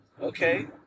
Okay